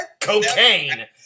cocaine